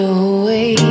away